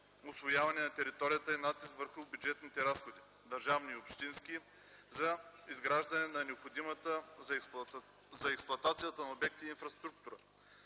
усвояване на територията и „натиск” върху бюджетните разходи (държавни и общински) за изграждане на необходимата за експлоатацията на обектите инфраструктура,